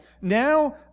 now